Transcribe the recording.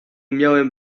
miałem